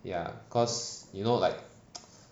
ya cause you know like